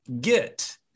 get